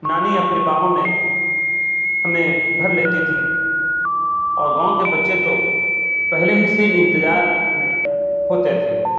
نانی اپنے باہوں میں ہمیں بھر لیتی تھیں اور گاؤں کے بچے تو پہلے ہی سے انتظار میں ہوتے تھے